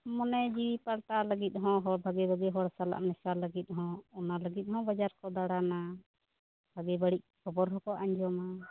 ᱢᱚᱱᱮ ᱡᱤᱣᱤ ᱯᱟᱞᱴᱟᱣ ᱞᱟ ᱜᱤᱫ ᱦᱚᱸ ᱦᱚᱲ ᱵᱷᱟᱜᱮ ᱵᱷᱟᱜᱮ ᱦᱚᱲ ᱥᱟᱞᱟᱜ ᱢᱮᱥᱟ ᱞᱟ ᱜᱤᱫ ᱦᱚᱸ ᱚᱱᱟ ᱞᱟ ᱜᱤᱫ ᱦᱚᱸ ᱵᱟᱡᱟᱨ ᱠᱚ ᱫᱟᱲᱟᱱᱟ ᱵᱷᱟᱜᱮ ᱵᱟ ᱲᱤᱡ ᱠᱷᱚᱵᱚᱨ ᱦᱚᱸᱠᱚ ᱟᱧᱡᱚᱢᱟ